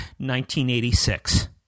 1986